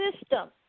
system